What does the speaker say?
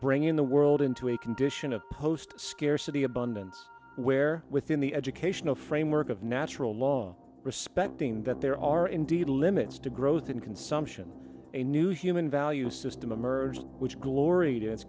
bring in the world into a condition of post scarcity abundance where within the educational framework of natural law respecting that there are indeed limits to growth and consumption a new human value system emerged which glor